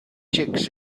chicks